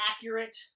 accurate